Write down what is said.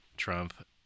Trump